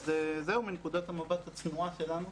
אז זהו מנקודת המבט הצנועה שלנו,